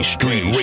Street